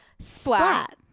Splat